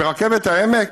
ברכבת העמק,